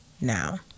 now